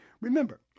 Remember